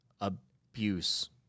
abuse